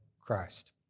Christ